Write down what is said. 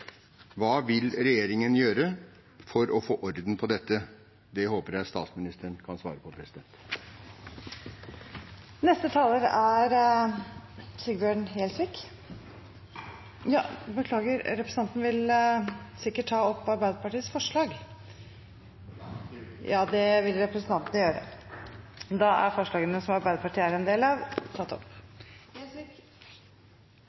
Hva vil regjeringen gjøre for å få orden på dette? Det håper jeg statsministeren kan svare på. Vil representanten ta opp forslag? Jeg tar opp de forslagene Arbeiderpartiet har fremmet sammen med andre. Representanten Svein Roald Hansen har tatt opp de forslagene han refererte til. Ulike deler av